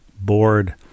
bored